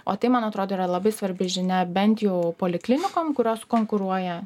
o tai man atrodo yra labai svarbi žinia bent jau poliklinikom kurios konkuruoja